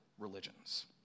religions